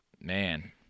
man